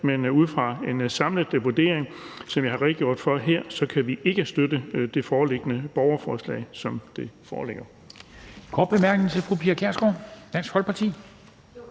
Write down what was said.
Men ud fra en samlet vurdering, som jeg har redegjort for her, kan vi ikke støtte borgerforslaget, som det foreligger.